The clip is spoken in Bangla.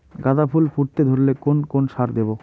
গাদা ফুল ফুটতে ধরলে কোন কোন সার দেব?